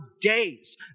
days